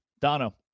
Dono